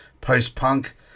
post-punk